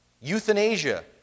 euthanasia